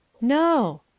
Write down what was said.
No